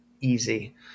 easy